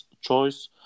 choice